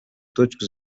точку